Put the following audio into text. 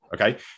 Okay